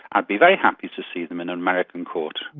i'd be very happy to see them in american courts.